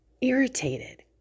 irritated